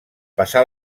passar